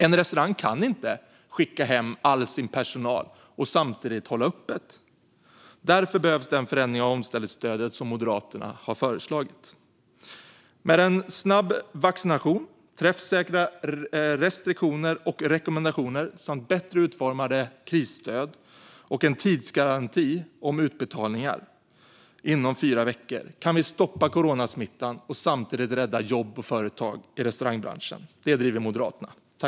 En restaurang kan inte skicka hem all sin personal och samtidigt hålla öppet. Därför behövs den förändring av omställningsstödet som Moderaterna har föreslagit. Med en snabb vaccination, träffsäkra restriktioner och rekommendationer samt bättre utformade krisstöd och en tidsgaranti för utbetalning inom fyra veckor kan vi stoppa coronasmittan och samtidigt rädda jobb och företag i restaurangbranschen. Detta driver Moderaterna.